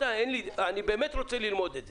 אני באמת רוצה ללמוד את זה,